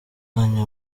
anywa